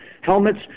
helmets